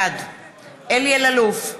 בעד אלי אלאלוף,